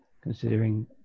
considering